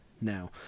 now